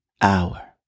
hour